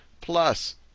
Plus